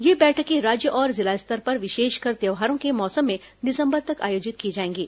ये बैठकें राज्य और जिला स्तर पर विशेषकर त्यौहारों के मौसम में दिसंबर तक आयोजित की जाएंगी